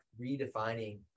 redefining